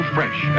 Fresh